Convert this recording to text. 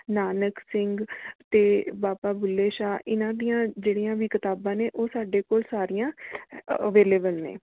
ਨਾਨਕ ਸਿੰਘ ਅਤੇ ਬਾਬਾ ਬੁੱਲ੍ਹੇ ਸ਼ਾਹ ਇਨ੍ਹਾਂ ਦੀਆਂ ਜਿਹੜੀਆਂ ਵੀ ਕਿਤਾਬਾਂ ਨੇ ਉਹ ਸਾਡੇ ਕੋਲ ਸਾਰੀਆਂ ਅਵੇਲੇਬਲ ਨੇ